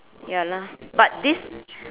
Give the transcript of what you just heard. ya lah but this